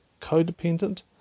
codependent